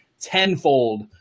tenfold